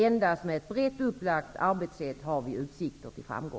Endast med ett brett upplagt arbetssätt har vi utsikter till framgång.